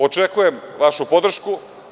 Očekujem vašu podršku.